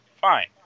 Fine